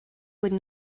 would